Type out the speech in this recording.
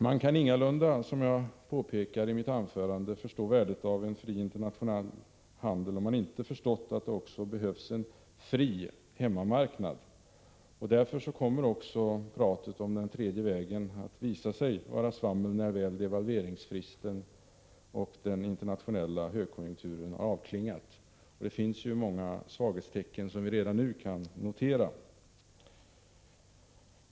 Man kan ingalunda, som jag påpekade i mitt anförande, förstå värdet av en fri internationell handel, om man inte förstått att det behövs en fri hemmamarknad. Därför kommer också talet om den tredje vägen att visa sig var svammel, när väl devalveringsfristen och den internationella högkonjunkturen avklingat. Det finns många svaghetstecken som vi redan nu kan notera.